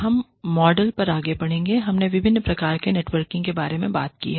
हम मॉडल पर आगे बढ़ेंगे हमने विभिन्न प्रकार के नेटवर्किंग के बारे में बात की है